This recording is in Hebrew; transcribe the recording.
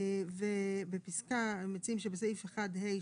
מציעים שבפסקה 1(ה3)